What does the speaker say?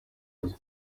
bye